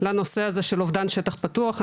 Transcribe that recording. לנושא הזה של אובדן שטח פתוח.